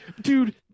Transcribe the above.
Dude